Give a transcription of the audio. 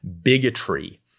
bigotry